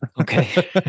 Okay